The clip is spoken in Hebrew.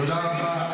תודה רבה.